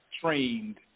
trained